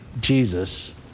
Jesus